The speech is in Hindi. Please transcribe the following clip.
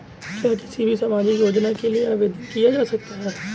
क्या किसी भी सामाजिक योजना के लिए आवेदन किया जा सकता है?